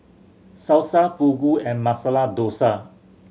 Salsa Fugu and Masala Dosa